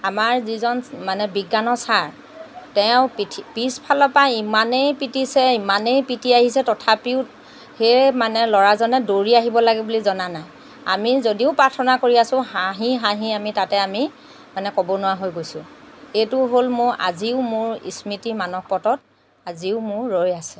আমাৰ যিজন মানে বিজ্ঞানৰ চাৰ তেওঁ পিছফালৰ পৰা ইমানেই পিতিছে ইমানেই পিতি আহিছে তথাপিও সেই মানে ল'ৰাজনে দৌৰি আহিব লাগে বুলি জনা নাই আমি যদিও প্ৰাৰ্থনা কৰি আছোঁ হাঁহি হাঁহি আমি তাতে আমি মানে ক'ব নোৱাৰা হৈ গৈছোঁ এইটো হ'ল মোৰ আজিও মোৰ স্মৃতিৰ মানসপটত আজিও মোৰ ৰৈ আছে